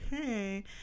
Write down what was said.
okay